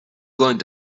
going